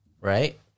right